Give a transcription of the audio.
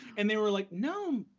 and they were like, noam,